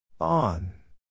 On